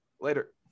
Later